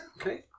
Okay